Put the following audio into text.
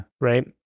Right